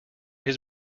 his